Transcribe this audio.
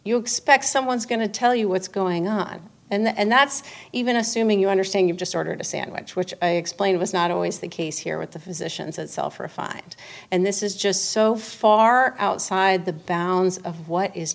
you expect someone is going to tell you what's going on and that's even assuming you understand you've just ordered a sandwich which i explained was not always the case here with the physicians that sell for five and this is just so far outside the bounds of what is